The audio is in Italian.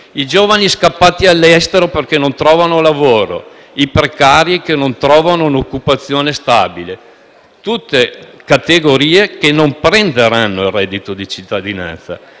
i giovani scappati all'estero perché non trovano lavoro, i precari che non trovano un'occupazione stabile sono tutte categorie che non prenderanno il reddito di cittadinanza.